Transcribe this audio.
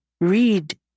read